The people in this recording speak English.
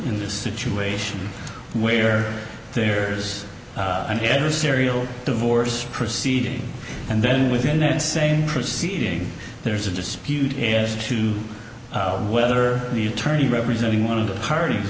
in this situation where there's an adversarial divorce proceeding and then within that same proceeding there's a dispute as to whether the attorney representing one of the parties